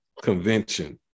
convention